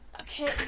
okay